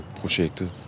projektet